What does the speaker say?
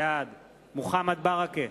בעד מוחמד ברכה,